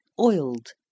oiled